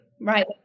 right